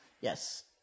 Yes